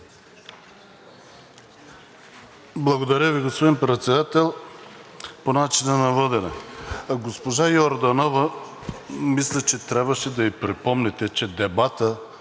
Благодаря Ви, господин Председател. По начина на водене. На госпожа Йорданова мисля, че трябваше да ѝ припомните, че дебатът